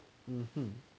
mmhmm